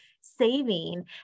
saving